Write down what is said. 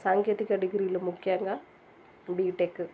సాంకేతిక డిగ్రీలో ముఖ్యంగా బీటెక్